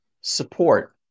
support